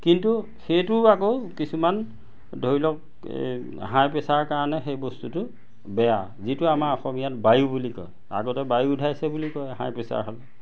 কিন্তু সেইটো আকৌ কিছুমান ধৰি লওক হাই প্ৰেছাৰ কাৰণে সেই বস্তুটো বেয়া যিটো আমাৰ অসমীয়াত বায়ু বুলি কয় আগতে বায়ু উঠাইছে বুলি কয় হাই প্ৰেছাৰ হ'লে